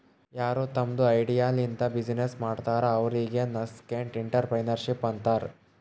ಯಾರು ತಮ್ದು ಐಡಿಯಾ ಲಿಂತ ಬಿಸಿನ್ನೆಸ್ ಮಾಡ್ತಾರ ಅವ್ರಿಗ ನಸ್ಕೆಂಟ್ಇಂಟರಪ್ರೆನರ್ಶಿಪ್ ಅಂತಾರ್